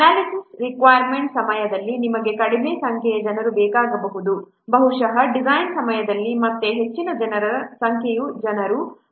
analysis requirement ಸಮಯದಲ್ಲಿ ನಿಮಗೆ ಕಡಿಮೆ ಸಂಖ್ಯೆಯ ಜನರು ಬೇಕಾಗಬಹುದು ಬಹುಶಃ ಡಿಸೈನ್ ಸಮಯದಲ್ಲಿ ಮತ್ತೆ ಹೆಚ್ಚಿನ ಸಂಖ್ಯೆಯ ಜನರು